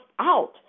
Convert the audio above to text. out